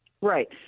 Right